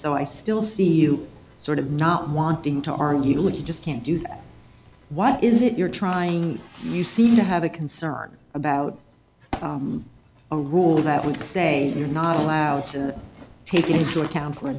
so i still see you sort of not wanting to argue you just can't do that why is it you're trying you seem to have a concern about a rule that would say you're not allowed to take into account for